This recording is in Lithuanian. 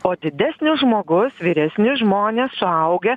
o didesnis žmogus vyresni žmonės suaugę